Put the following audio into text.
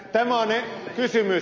tämä on kysymys